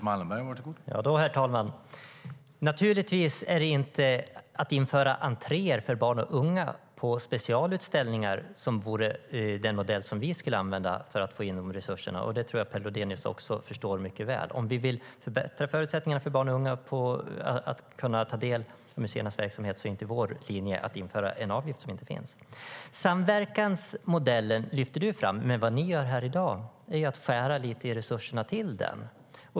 Herr talman! Naturligtvis är det inte att införa entré för barn och unga på specialutställningar som vore den modell som vi skulle använda för att få in de resurserna. Det tror jag att Per Lodenius förstår mycket väl. Om vi vill förbättra förutsättningarna för barn och unga att ta del av museernas verksamhet är inte vår linje att införa en avgift som inte finns. Per Lodenius lyfter fram samverkansmodellen. Men vad ni gör i dag är att skära i resurserna till den.